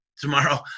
tomorrow